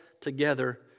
together